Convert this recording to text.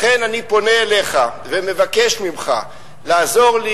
לכן אני פונה אליך ומבקש ממך לעזור לי,